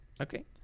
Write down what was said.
okay